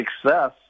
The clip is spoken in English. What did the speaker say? success